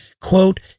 quote